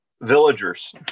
villagers